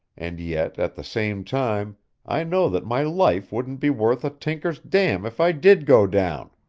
and yet at the same time i know that my life wouldn't be worth a tinker's damn if i did go down.